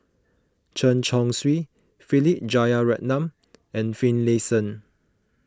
Chen Chong Swee Philip Jeyaretnam and Finlayson